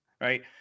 right